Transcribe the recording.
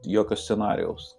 jokio scenarijaus